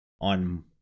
on